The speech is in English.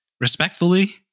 respectfully